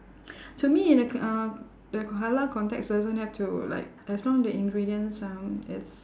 to me in a uh the halal context doesn't have to like as long the ingredients um it's